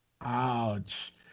Ouch